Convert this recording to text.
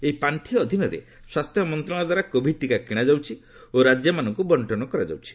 ଏହି ପାର୍ଷି ଅଧୀନରେ ସ୍ୱାସ୍ଥ୍ୟ ମନ୍ତ୍ରଣାଳୟଦ୍ୱାରା କୋଭିଡ୍ ଟିକା କିଣାଯାଉଛି ଓ ରାଜ୍ୟମାନଙ୍କ ବର୍ଷନ କରାଯାଉଛି